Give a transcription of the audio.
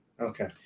Okay